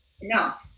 enough